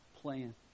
plan